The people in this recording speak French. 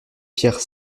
pierre